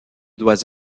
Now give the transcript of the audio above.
doit